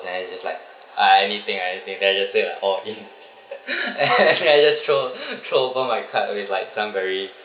then I just like ah anything I just say that I just bet my all in ac~ actually I just throw throw over my card and is like some very